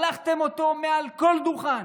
שלחתם אותו מעל כל דוכן,